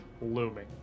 looming